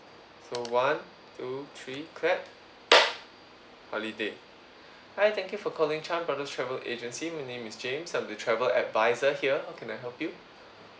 so one two three clap holiday hi thank you for calling chan brothers travel agency my name is james I'm the travel advisor here how can I help you